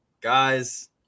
Guys